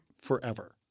forever